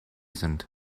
sind